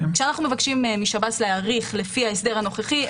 כשאנחנו מבקשים משב"ס להעריך לפי ההסדר הנוכחי,